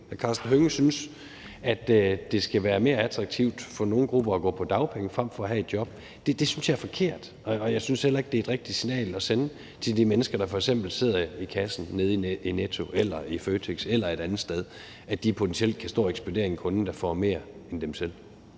Karsten Hønge synes, at det skal være mere attraktivt for nogle grupper at gå på dagpenge frem for at have et job. Det synes jeg er forkert, og jeg synes heller ikke, det er et rigtigt signal at sende til de mennesker, der f.eks. sidder ved kassen nede i Netto eller i Føtex eller et andet sted, at de potentielt kan ekspedere en kunde, der får mere i dagpenge,